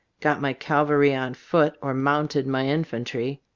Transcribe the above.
got my cavalry on foot, or mounted my infantry.